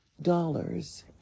dollars